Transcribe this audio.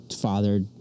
father